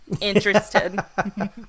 interested